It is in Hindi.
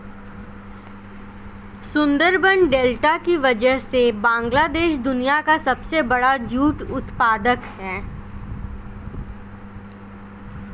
सुंदरबन डेल्टा की वजह से बांग्लादेश दुनिया का सबसे बड़ा जूट उत्पादक है